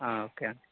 okay అండి